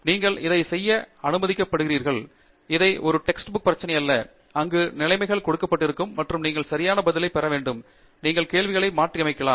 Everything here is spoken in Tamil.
நீங்கள் இதை செய்ய அனுமதிக்கப்படுகிறீர்கள் இது ஒரு உரை புத்தகம் பிரச்சனை அல்ல அங்கு நிலைமைகள் கொடுக்கப்பட்டிருக்கும் மற்றும் நீங்கள் சரியான பதிலை பெற வேண்டும் நீங்கள் கேள்விகளை மாற்றியமைக்கலாம்